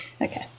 Okay